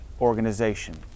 organization